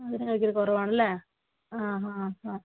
മധുരം കഴിക്കുന്നത് കുറവാണല്ലേ ആ ഹാ ഹാ